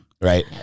Right